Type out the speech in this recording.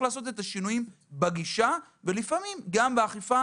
לעשות את השינויים בגישה ולפעמים גם באכיפה.